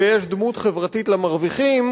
ויש דמות חברתית למרוויחים,